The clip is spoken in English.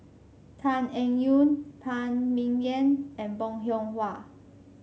Tan Eng Yoon Phan Ming Yen and Bong Hiong Hwa